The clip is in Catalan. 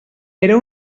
era